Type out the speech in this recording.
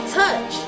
touch